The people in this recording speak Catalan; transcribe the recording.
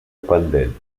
pendent